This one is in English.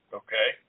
okay